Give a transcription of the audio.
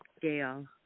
jail